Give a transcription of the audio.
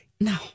No